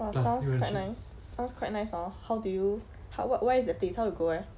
!wah! sounds quite nice sounds quite nice hor how do you where where is the place how to go there